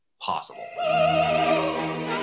possible